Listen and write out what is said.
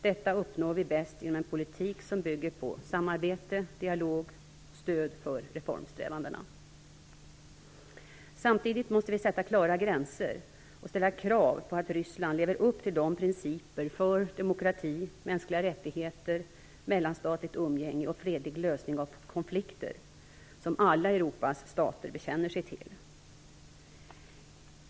Detta uppnår vi bäst genom en politik som bygger på samarbete, dialog och stöd för reformsträvandena. Samtidigt måste vi sätta klara gränser och ställa krav på att Ryssland lever upp till de principer för demokrati, mänskliga rättigheter, mellanstatligt umgänge och fredlig lösning av konflikter som alla Europas stater bekänner sig till.